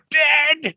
dead